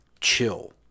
chill